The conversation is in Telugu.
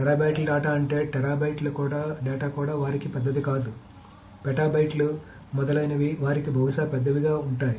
టెరాబైట్ల డేటా అంటే టెరాబైట్ల డేటా కూడా వారికి పెద్దది కాదు పెటా బైట్లు మొదలైనవి వారికి బహుశా పెద్దవిగా ఉంటాయి